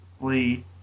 Lee